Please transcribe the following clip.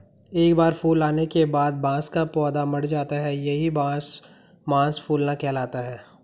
एक बार फूल आने के बाद बांस का पौधा मर जाता है यही बांस मांस फूलना कहलाता है